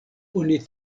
oni